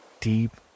deep